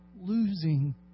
losing